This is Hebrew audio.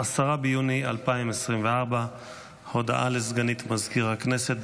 10 ביוני 2024. הודעה לסגנית מזכיר הכנסת,